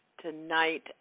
tonight